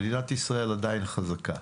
מדינת ישראל עדיין חזקה.